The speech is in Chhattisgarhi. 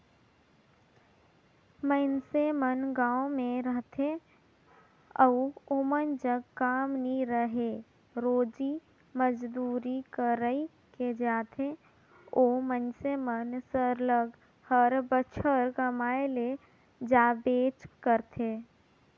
मइनसे मन गाँव में रहथें अउ ओमन जग काम नी रहें रोजी मंजूरी कइर के जीथें ओ मइनसे मन सरलग हर बछर कमाए ले जाबेच करथे